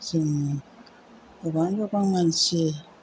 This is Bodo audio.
जोङो गोबां गोबां मानसि